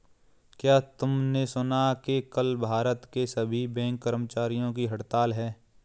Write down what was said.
क्या तुमने सुना कि कल भारत के सभी बैंक कर्मचारियों की हड़ताल है?